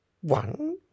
One